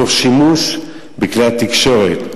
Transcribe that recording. תוך שימוש בכלי התקשורת,